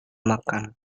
makan